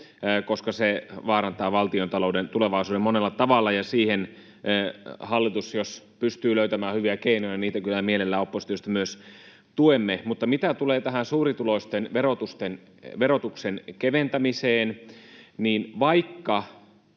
koska se vaarantaa valtiontalouden tulevaisuuden monella tavalla. Jos siihen hallitus pystyy löytämään hyviä keinoja, niin niitä kyllä mielellään oppositiosta myös tuemme. Mutta mitä tulee tähän suurituloisten verotuksen keventämiseen: vaikka